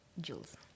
Jules